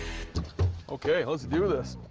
okay, let's do this.